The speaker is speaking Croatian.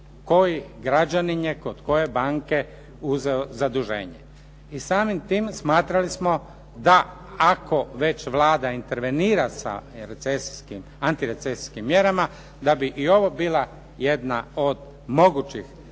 koji građanin je kod koje banke uzeo zaduženje. I samim tim smatrali smo da ako već Vlada intervenira sa recesijskim, antirecesijskim mjerama da bi i ovo bila jedna od mogućih